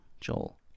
Joel